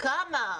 כמה?